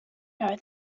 know